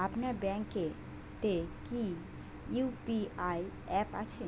আপনার ব্যাঙ্ক এ তে কি ইউ.পি.আই অ্যাপ আছে?